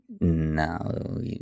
no